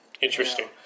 Interesting